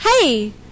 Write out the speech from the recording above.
Hey